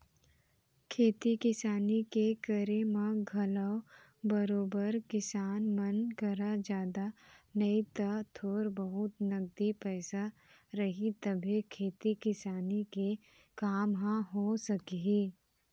खेती किसानी के करे म घलौ बरोबर किसान मन करा जादा नई त थोर बहुत नगदी पइसा रही तभे खेती किसानी के काम ह हो सकही